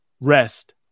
rest